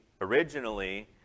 originally